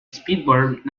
speedbird